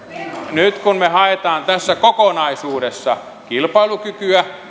nyt kun me haemme tässä kokonaisuudessa kilpailukykyä